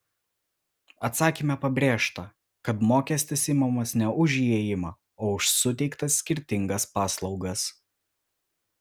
atsakyme pabrėžta kad mokestis imamas ne už įėjimą o už suteiktas skirtingas paslaugas